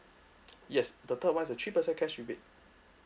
yes the third one is a three percent cash rebate